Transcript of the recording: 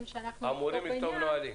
שאנחנו נכתוב בעניין -- אמורים לכתוב נהלים.